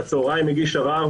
בצהריים מגיש ערר,